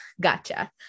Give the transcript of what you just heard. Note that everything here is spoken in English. gotcha